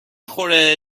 خوره